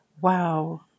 Wow